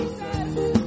Jesus